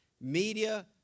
Media